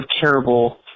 terrible